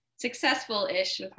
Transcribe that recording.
successful-ish